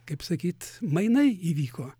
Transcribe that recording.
kaip sakyt mainai įvyko